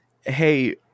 hey